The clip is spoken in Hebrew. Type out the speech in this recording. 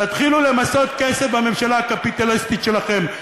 תתחילו למסות כסף בממשלה הקפיטליסטית שלכם,